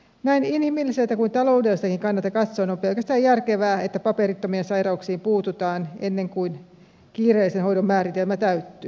näin inhimilliseltä kuin taloudelliseltakin kannalta katsoen on pelkästään järkevää että paperittomien sairauksiin puututaan ennen kuin kiireellisen hoidon määritelmä täyttyy